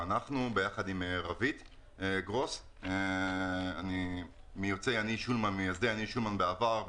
אנחנו יחד עם רוית גרוס ממייסדי "אני שולמן" בעבר.